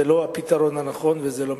זה לא הפתרון הנכון וזה לא מספיק.